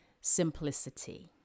Simplicity